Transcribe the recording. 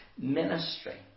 ministry